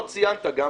לא ציינת גם,